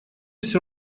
все